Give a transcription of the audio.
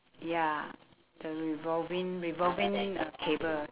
ya the revolving revolving uh cable